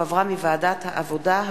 שהחזירה ועדת העבודה,